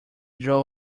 drove